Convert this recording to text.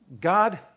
God